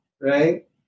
right